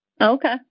Okay